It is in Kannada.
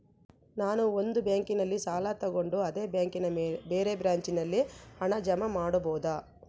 ನಾನು ಒಂದು ಬ್ಯಾಂಕಿನಲ್ಲಿ ಸಾಲ ತಗೊಂಡು ಅದೇ ಬ್ಯಾಂಕಿನ ಬೇರೆ ಬ್ರಾಂಚಿನಲ್ಲಿ ಹಣ ಜಮಾ ಮಾಡಬೋದ?